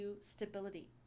stability